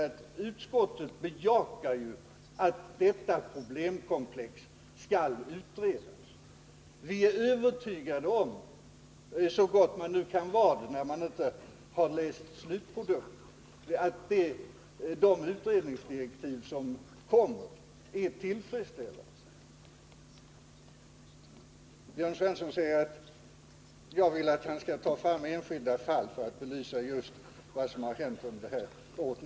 — att utskottet bejakar att detta problemkomplex utreds. Vi är övertygade om — så gott man nu kan vara det när man inte har läst slutprodukten — att de utredningsdirektiv som kommer är tillfredsställande. Jörn Svensson säger att jag vill att han skall ta fram enskilda fall för att belysa vad som har hänt under det här året.